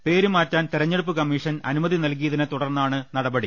പ്പേര് മാറ്റാൻ തെര ഞ്ഞെടുപ്പ് കമ്മീഷൻ അനുമതി നൽകിയതിനെ തുടർന്നാണ് നടപ ടി